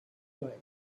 way